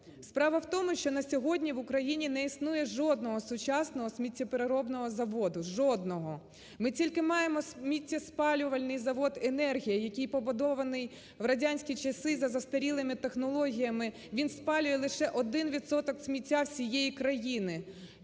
Справа в тому, що на сьогодні в Україні не існує жодного сучасного сміттєпереробного заводу, жодного. Ми тільки маємо сміттєспалювальних завод "Енергія", який побудований в радянські часи за застарілими технологіями, він спалює лише один відсоток сміття всієї країни.